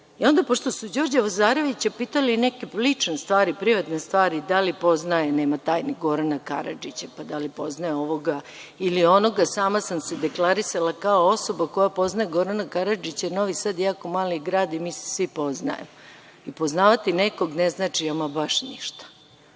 Onda pošto su Đorđa Vozarevića pitali neke lične stvar, privatne stvari, da li poznaje, nema tajni, Gorana Karadžića, pa da li poznaje ovoga ili onoga, sama sam se deklarisala kao osoba koja poznaje Gorana Karadžića. Novi Sad je jako mali grad i mi se svi poznajemo i poznavati nekog ne znači ama baš ništa.